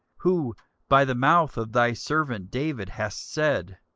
who by the mouth of thy servant david hast said,